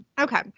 okay